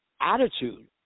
attitude